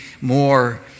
more